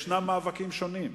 יש מאבקים שונים,